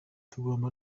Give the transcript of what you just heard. tugomba